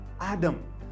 Adam